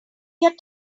their